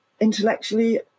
intellectually